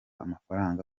amafaranga